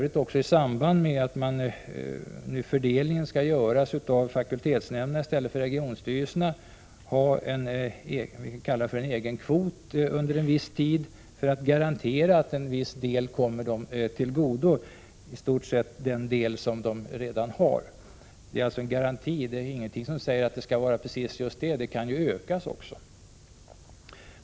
I samband med att fördelningen skall göras av fakultetsnämnderna i stället för av regionstyrelserna skall högskolelektorerna för övrigt ha vad vi kan kalla för en egen kvot som en garanti för att en viss del kommer dem till godo — i stort sett den del som de redan har. Ingenting säger att det skall vara precis så mycket som garantin omfattar. Det kan bli mer också.